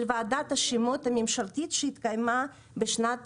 של ועדת השמות הממשלתית שהתקיימה בשנת